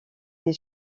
des